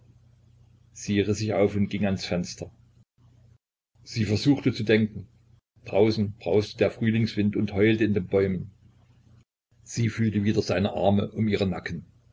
sie riß sich auf und ging ans fenster sie versuchte zu denken draußen brauste der frühlingswind und heulte in den bäumen sie fühlte wieder seine arme um ihren nacken